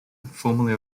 formerly